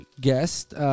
guest